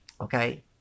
Okay